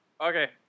Okay